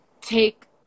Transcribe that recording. take